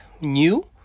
new